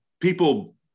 people